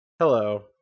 Hello